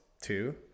two